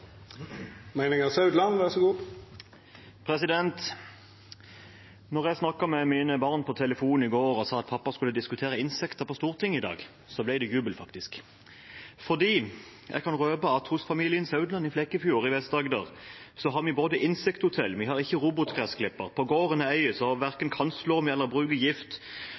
jeg snakket med mine barn på telefonen i går og sa at pappa skulle diskutere insekter på Stortinget i dag, ble det jubel. For jeg kan røpe at hos familien Saudland i Flekkefjord i Vest-Agder har vi insekthotell, vi har ikke robotgressklipper, på gården jeg eier verken kantslår vi eller bruker gift.